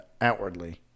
outwardly